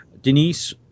Denise